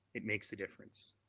it makes a difference.